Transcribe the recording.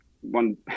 One